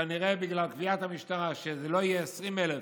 כנראה בגלל קביעת המשטרה שזה לא יהיה 20,000,